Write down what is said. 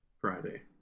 friday